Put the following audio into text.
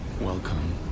Welcome